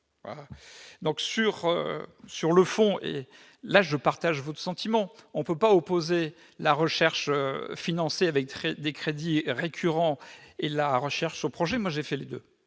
! Sur le fond, je partage votre sentiment : on ne peut pas opposer la recherche financée par des crédits récurrents et la recherche sur projets. J'ai moi-même fait les deux-